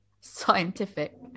scientific